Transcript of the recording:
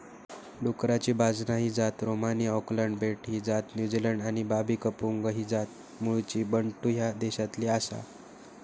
डुकराची बाजना ही जात रोमानिया, ऑकलंड बेट ही जात न्युझीलंड आणि बाबी कंपुंग ही जात मूळची बंटू ह्या देशातली आसा